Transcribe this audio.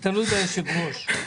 זה תלוי ביושב ראש.